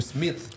Smith